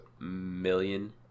million